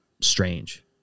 strange